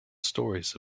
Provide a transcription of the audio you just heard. stories